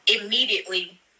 immediately